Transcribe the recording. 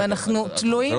אנחנו תלויים